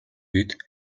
бид